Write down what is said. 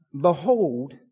behold